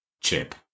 chip